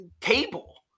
table